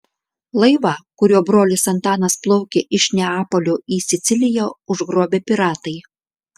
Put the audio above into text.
laivą kuriuo brolis antanas plaukė iš neapolio į siciliją užgrobė piratai